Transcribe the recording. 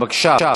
בבקשה.